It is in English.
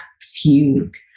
fugue